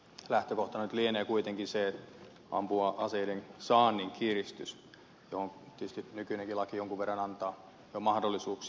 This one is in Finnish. lähtökohtana nyt lienee kuitenkin se ampuma aseiden saannin kiristys johon tietysti nykyinenkin laki jonkun verran antaa jo mahdollisuuksia